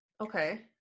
Okay